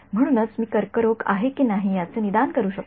म्हणूनच मी कर्करोग आहे की नाही याचे निदान करू शकतो